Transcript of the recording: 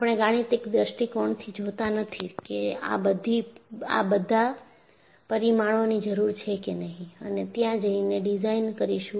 આપણે ગાણિતિક દૃષ્ટિકોણથી જોતા નથી કે આ બધા પરિમાણોની જરૂર છે કે નહી અને ત્યાં જઈને ડિઝાઇન કરીશું